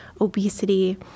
obesity